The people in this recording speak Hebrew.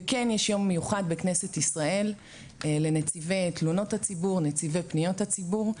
וכן יש יום מיוחד בכנסת ישראל לנציבי פניות הציבור,